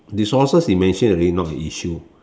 resources you mention already not an issue